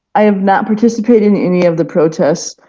i have not participated in any of the protests